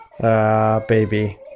baby